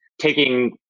taking